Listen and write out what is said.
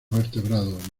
vertebrados